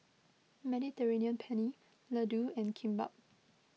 Mediterranean Penne Ladoo and Kimbap